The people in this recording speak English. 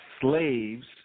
slaves